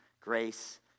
grace